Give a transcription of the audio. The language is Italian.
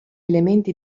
elementi